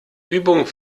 übung